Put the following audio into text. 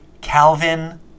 Calvin